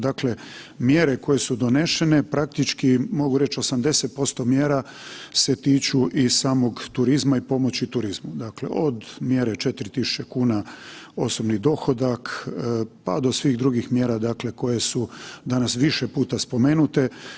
Dakle, mjere koje su donešene praktički mogu reći 80% mjera se tiču i samog turizma i pomoći turizmu, od mjere 4.000 kuna osobni dohodak, pa do svih drugih mjera koje su danas više puta spomenute.